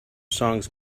songs